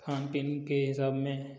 खान पीने के हिसाब में